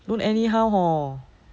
don't anyhow hor